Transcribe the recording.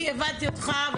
אוקיי, אני הבנתי אותך.